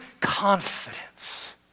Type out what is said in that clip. confidence